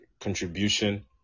contribution